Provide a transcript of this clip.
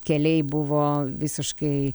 keliai buvo visiškai